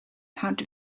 pound